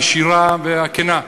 הישירה והכנה.